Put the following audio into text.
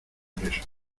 congreso